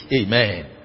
Amen